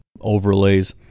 overlays